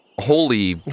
Holy